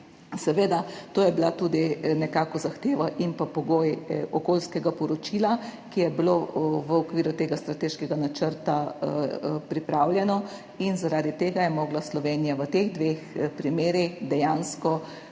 Seveda, to je bila tudi nekako zahteva in pogoj okoljskega poročila, ki je bilo pripravljeno v okviru tega strateškega načrta in zaradi tega je morala Slovenija v teh dveh primerih dejansko